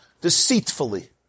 Deceitfully